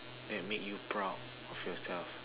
that make you proud of yourself